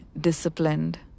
disciplined